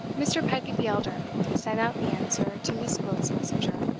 mr. pedgift the elder sent out the answer to miss gwilt's messenger,